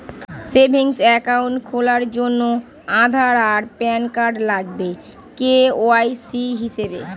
savings account খোলার জন্যে আধার আর প্যান কার্ড লাগবে কে.ওয়াই.সি হিসেবে